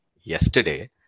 yesterday